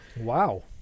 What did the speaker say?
Wow